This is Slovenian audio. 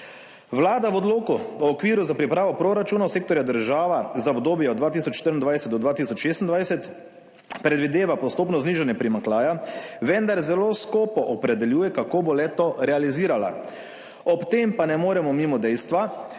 Vlada v odloku o okviru za pripravo proračunov sektorja država za obdobje od 2024 do 2026 predvideva postopno znižanje primanjkljaja, vendar zelo skopo opredeljuje, kako bo le-to realizirala. Ob tem pa ne moremo mimo dejstva,